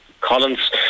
Collins